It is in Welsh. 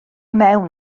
mewn